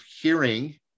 hearing